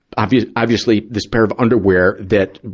obviously obviously this pair of underwear that,